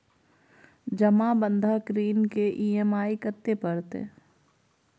जमा बंधक ऋण के ई.एम.आई कत्ते परतै?